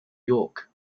york